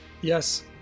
Yes